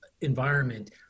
environment